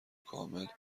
کامل